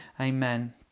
Amen